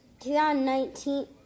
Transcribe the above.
2019